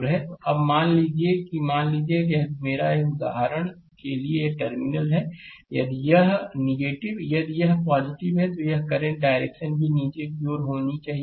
slide समय देखें 0555 अब मान लीजिए कि मान लीजिए कि यदि यह मेरा उदाहरण के लिए यह टर्मिनल है यदि यह है यदि यह है तो यहां करंट डायरेक्शन भी नीचे की ओर होनी चाहिए